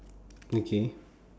okay